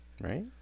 right